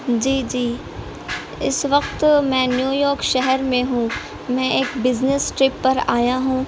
جی جی اس وقت میں نیو یارک شہر میں ہوں میں ایک بزنس ٹرپ پر آیا ہوں